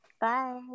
Bye